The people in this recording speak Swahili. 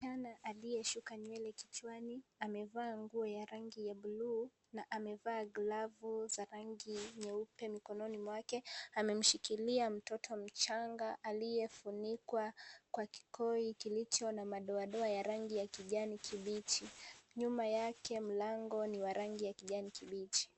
Msichana aliyeshuka nywele kichwani, amevaa nguo ya rangi ya bluu na amevaa glavu za rangi nyeupe mikononi mwake. Amemshikilia mtoto mchanga aliyefunikwa kwa kikoi kilicho na madoadoa ya rangi ya kijani kibichi. Nyuma yake, mlango ni wa rangi ya kijani kibichi.